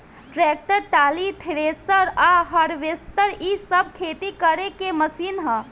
tractor, trolley, thresher आ harvester इ सब खेती करे के मशीन ह